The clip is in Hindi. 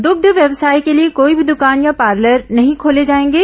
दुग्ध व्यवसाय के लिए कोई भी दुकान या पार्लर नहीं खोले जाएंगे